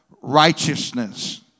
Righteousness